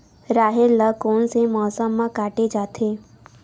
राहेर ल कोन से मौसम म काटे जाथे?